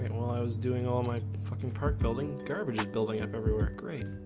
and while i was doing all my fucking park building garbage is building up everywhere great.